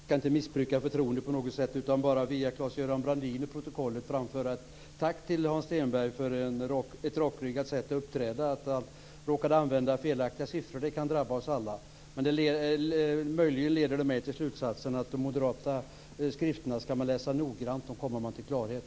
Fru talman! Jag ska inte missbruka förtroendet på något sätt, utan bara via Claes-Göran Brandin till protokollet framföra ett tack till Hans Stenberg för ett rakryggat sätt att uppträda. Att han råkade använda felaktiga siffror är något som kan drabba oss alla. Möjligen leder det mig till slutsatsen att man ska läsa de moderata skrifterna noggrant, då kommer man till klarhet.